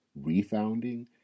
refounding